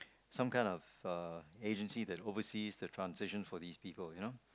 some kind of uh agency that overseas the transition for these people you know